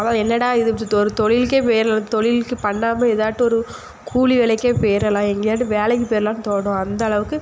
அதான் என்னடா இது தொ தொழில்க்கே போயிரலாம் தொழில்க்கு பண்ணாமல் ஏதாட்டு ஒரு கூலி வேலைக்கே போயிரலாம் எங்கேயாது வேலைக்கு போயிரலாம்னு தோணும் அந்தளவுக்கு